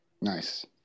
Nice